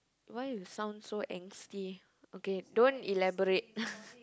why you sound so angsty okay don't elaborate